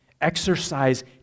exercise